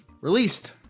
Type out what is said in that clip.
Released